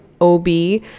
OB